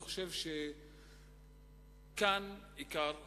אני חושב שכאן עיקר הבעיה,